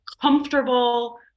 comfortable